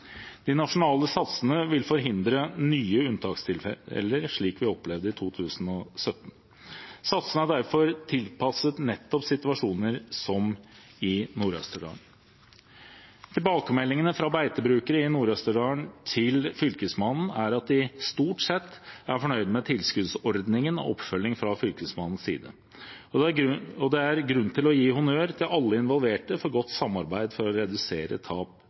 De nasjonale satsene vil forhindre nye unntakstilfeller, slik vi opplevde i 2017. Satsene er derfor tilpasset nettopp situasjoner som den i Nord-Østerdal. Tilbakemeldingene fra beitebrukere i Nord-Østerdal til Fylkesmannen er at de stort sett er fornøyd med tilskuddsordningen og oppfølgingen fra Fylkesmannens side. Det er grunn til å gi honnør til alle involverte for godt samarbeid for å redusere tap